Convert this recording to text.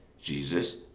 Jesus